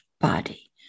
body